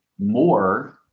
more